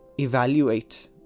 evaluate